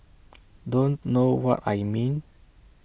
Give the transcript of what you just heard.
don't know what I mean